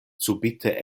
subite